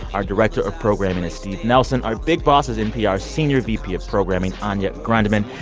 our director of programming is steve nelson. our big boss is npr's senior vp of programming, anya grundmann.